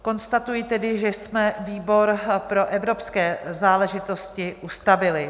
Konstatuji, že jsme výbor pro evropské záležitosti ustavili.